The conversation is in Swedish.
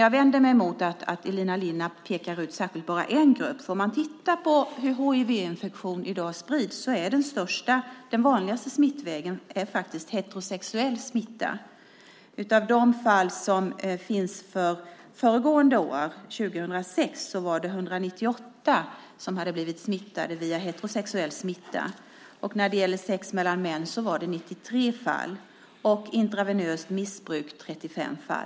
Jag vänder mig emot att Elina Linna pekar ut bara en grupp, för om man tittar på hur hivinfektionen i dag sprids ser man att den vanligaste smittan faktiskt är heterosexuell smitta. Av fallen föregående år, 2006, hade 198 blivit smittade vid heterosexuellt sex, 93 fall vid sex mellan män och 35 fall vid intravenöst missbruk.